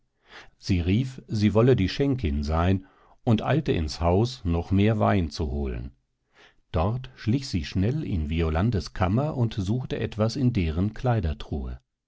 sie rief sie wolle die schenkin sein und eilte ins haus noch mehr wein zu holen dort schlich sie schnell in violandes kammer und suchte etwas in deren kleidertruhe